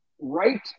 right